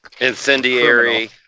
incendiary